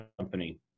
company